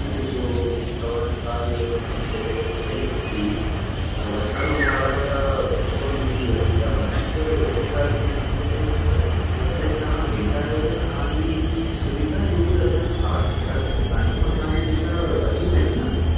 ॾिसो तव्हांजी ॻाल्हि पंहिंजी जॻहि ते सही हूंदी वठणु वारा त ॿ सौ में बि वठी था वञनि पर वॾी ॻाल्हि थी वेंदी आहे की जॾहिं तव्हां वेंदा आहियो त तव्हांजी सुविधा जो बि असां ख़ासि ख़्यालु रखंदा आहियूं असां जी जेका बसूं आहिनि न